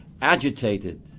agitated